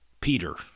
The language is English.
Peter